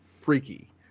freaky